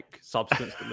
substance